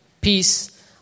peace